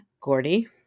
Gordy